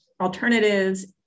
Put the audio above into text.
alternatives